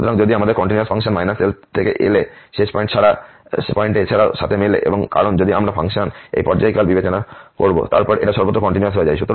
সুতরাং যদি আমাদের কন্টিনিউয়াস ফাংশন থাকে -L থেকে L এ এবং শেষ পয়েন্ট এছাড়াও সাথে মেলে এবং কারণ যদি আমরা ফাংশন এই পর্যায়কাল বিবেচনা করবো তারপর এটা সর্বত্র কন্টিনিউয়াস হয়ে যায়